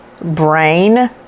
brain